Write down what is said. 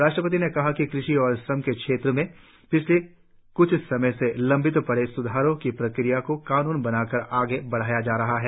राष्ट्रपति ने कहा कि कृषि और श्रम के क्षेत्र में पिछले क्छ समय से लम्बित पड़े स्धारों की प्रक्रिया को कानून बनाकर आगे बढ़ाया जा रहा है